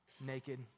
naked